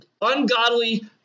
ungodly